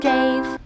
Dave